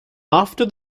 after